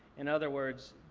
in other words,